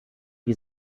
wie